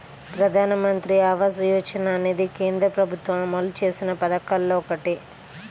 ప్రధానమంత్రి ఆవాస యోజన అనేది కేంద్ర ప్రభుత్వం అమలు చేసిన పథకాల్లో ఒకటి